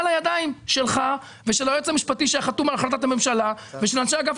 על הידיים שלך ושל היועץ המשפטי שחתום על החלטת הממשלה ושל אנשי אגף